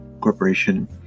Corporation